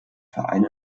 verein